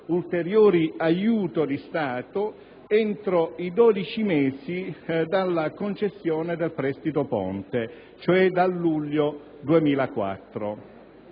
(ulteriori aiuti di Stato) entro i 12 mesi dalla concessione del prestito ponte, cioè dal luglio 2004.